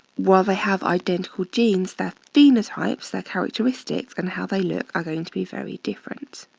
while they have identical genes, their phenotypes, their characteristics and how they look are going to be very different.